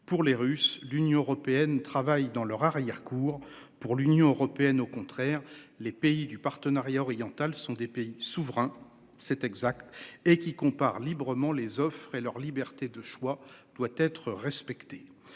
pour les Russes, l'Union européenne travaille dans leur arrière-cour pour l'Union européenne, au contraire, les pays du Partenariat oriental, sont des pays souverains. C'est exact et qui compare librement les offres et leur liberté de choix doit être respecté.